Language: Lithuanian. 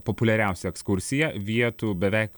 populiariausia ekskursija vietų beveik